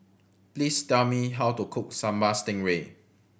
please tell me how to cook Sambal Stingray